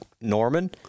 Norman